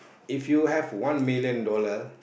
if you have one million dollar